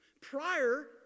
prior